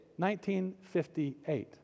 1958